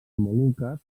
moluques